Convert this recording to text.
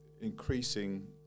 increasing